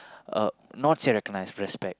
uh not say not recognise respect